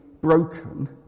broken